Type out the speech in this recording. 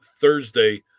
Thursday